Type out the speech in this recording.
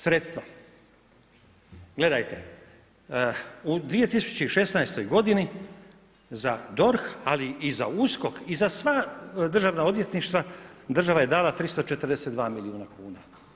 Sredstva, gledajte, u 2016. godini za DORH, ali i za USKOK i za sva državna odvjetništva država je dala 342 milijuna kuna.